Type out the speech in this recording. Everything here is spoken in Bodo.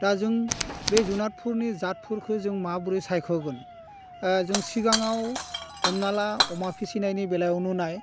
दा जों बे जुनादफोरनि जादफोरखौ जों माबोरै सायख'गोन जों सिगाङाव हमना ला अमा फिसिनायनि बेलायावनो नाय